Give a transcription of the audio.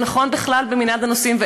זה נכון בכל מנעד הנושאים,